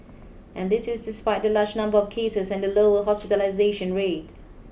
and this is despite the larger number of cases and the lower hospitalisation rate